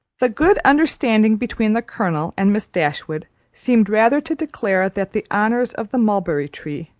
the good understanding between the colonel and miss dashwood seemed rather to declare that the honours of the mulberry-tree,